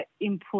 input